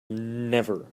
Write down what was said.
never